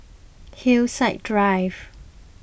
Hillside Drive